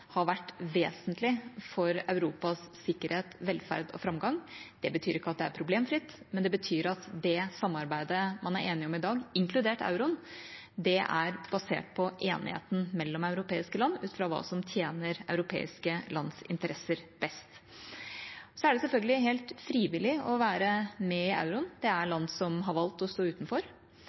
har vært vesentlig for Europas sikkerhet, velferd og framgang. Det betyr ikke at det er problemfritt, men det betyr at det samarbeidet man er enig om i dag, inkludert euroen, er basert på enigheten mellom europeiske land ut fra hva som tjener europeiske lands interesser best. Det er selvfølgelig helt frivillig å være med på euroen. Det er land som har valgt å stå utenfor.